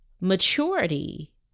Maturity